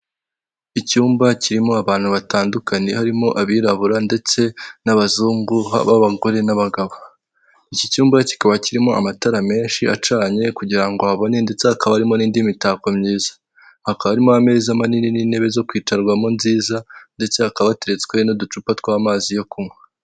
Icyumba kirimo abantu batandukanye harimo abirabura ndetse n'abazungu haba abagore n'abagabo. Iki cyumba kikaba kirimo amatara menshi acanye kugira ngo habone ndetse hakaba harimo n'indi mitako myiza, hakabamo ameza manini n'intebe zo kwicarwamo nziza ndetse hakaba hateretswe n'uducupa tw'amazi yo kunywa.